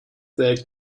their